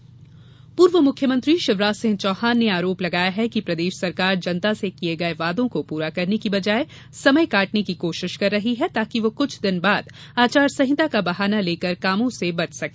शिवराज आरोप पूर्व मुख्यमंत्री शिवराज सिंह चौहान ने आरोप लगाया है कि प्रदेश सरकार जनता से किये गये वादों को पूरा करने के बजाय समय काटने की कोशिश कर रही है ताकि वह कुछ दिन बाद आचारसंहिता का बहाना लेकर कामों से बच सके